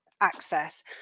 access